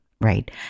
right